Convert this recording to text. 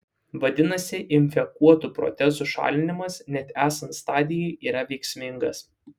vadinasi infekuotų protezų šalinimas net esant stadijai yra veiksmingas